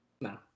No